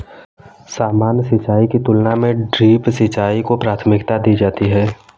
सामान्य सिंचाई की तुलना में ड्रिप सिंचाई को प्राथमिकता दी जाती है